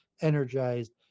energized